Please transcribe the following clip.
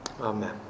Amen